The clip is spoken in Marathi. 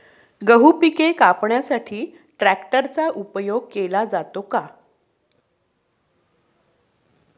गहू पिके कापण्यासाठी ट्रॅक्टरचा उपयोग केला जातो का?